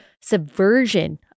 subversion